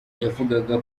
yavugaga